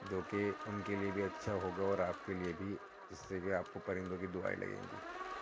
جو کہ اُن کے لیے بھی اچھا ہوگا اور آپ کے لیے بھی اِس سے کہ آپ کو پرندوں کی دُعائیں لگیں گی